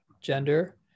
gender